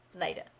later